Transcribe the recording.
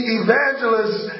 evangelists